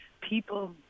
people